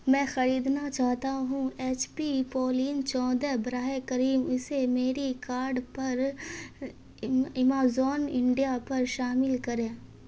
میں خریدنا چاہتا ہوں ایچ پی پولین چودہ براہ کرم اسے میری کاڈ پر ایمازون انڈیا پر شامل کریں